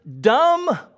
dumb